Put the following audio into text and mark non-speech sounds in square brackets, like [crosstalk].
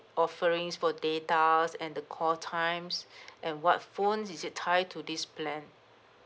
offerings for datas and the call times [breath] and what phones is it tie to this plan